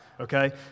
okay